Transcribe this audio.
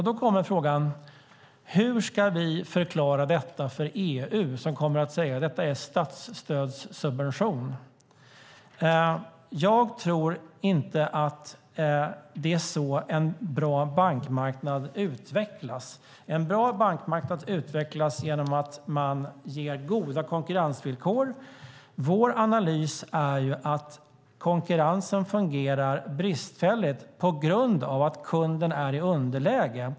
Då kommer frågan: Hur ska vi förklara detta för EU, som kommer att säga att det är statsstödsubvention? Jag tror inte att det är på det sättet en bra bankmarknad utvecklas. En bra bankmarknad utvecklas genom att man ger goda konkurrensvillkor. Vår analys är att konkurrensen fungerar bristfälligt på grund av att kunden är i underläge.